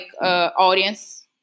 audience